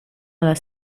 les